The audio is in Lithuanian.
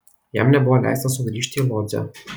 jam nebuvo leista sugrįžti į lodzę